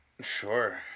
Sure